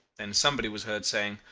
then somebody was heard saying,